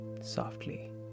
softly